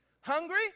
Hungry